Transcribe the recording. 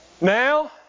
Now